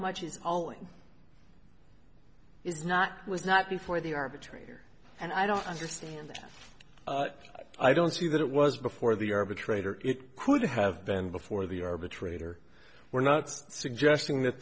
all in is not was not before the arbitrator and i don't understand that i don't see that it was before the arbitrator it could have been before the arbitrator were not suggesting that